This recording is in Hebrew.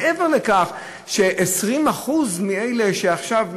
מעבר לכך ש-20% מאלה שעכשיו,